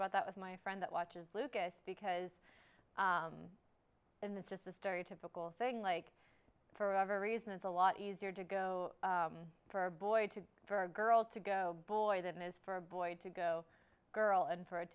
about that with my friend that watches lucas because in that's just the stereotypical thing like for over reason it's a lot easier to go for a boy to for a girl to go boy than it is for a boy to go girl and for it